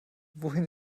wohin